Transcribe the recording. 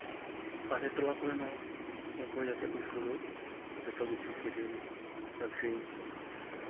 ᱯᱟᱥᱮᱨ ᱴᱚᱞᱟ ᱠᱚᱨᱮᱱ ᱦᱚᱸ ᱩᱱᱠᱩ ᱦᱚᱸ ᱡᱟᱛᱮ ᱠᱚ ᱥᱩᱨᱩᱜ ᱡᱚᱛᱚ ᱠᱤᱪᱷᱩ ᱠᱤᱨᱤᱧ ᱟᱹᱠᱷᱨᱤᱧ